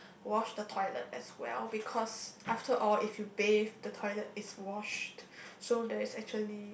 wash the toilet as well because after all if you bath the toilet is washed so that's actually